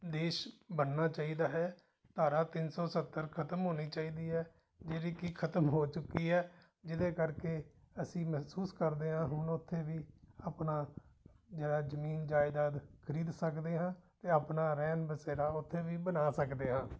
ਦੇਸ਼ ਬਣਨਾ ਚਾਹੀਦਾ ਹੈ ਧਾਰਾ ਤਿੰਨ ਸੌ ਸੱਤਰ ਖਤਮ ਹੋਣੀ ਚਾਹੀਦੀ ਹੈ ਜਿਹੜੀ ਕਿ ਖਤਮ ਹੋ ਚੁੱਕੀ ਹੈ ਜਿਹਦੇ ਕਰਕੇ ਅਸੀਂ ਮਹਿਸੂਸ ਕਰਦੇ ਹਾਂ ਹੁਣ ਉੱਥੇ ਵੀ ਆਪਣਾ ਜਿਹੜਾ ਜ਼ਮੀਨ ਜਾਇਦਾਦ ਖ਼ਰੀਦ ਸਕਦੇ ਹਾਂ ਅਤੇ ਆਪਣਾ ਰਹਿਣ ਬਸੇਰਾ ਉੱਥੇ ਵੀ ਬਣਾ ਸਕਦੇ ਹਾਂ